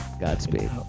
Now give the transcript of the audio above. Godspeed